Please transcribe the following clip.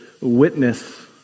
witness